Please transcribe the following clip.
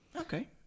Okay